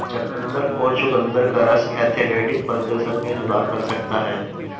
चुकंदर और चुकंदर का रस एथलेटिक प्रदर्शन में सुधार कर सकता है